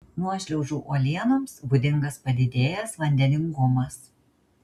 nuošliaužų uolienoms būdingas padidėjęs vandeningumas